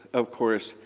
of course,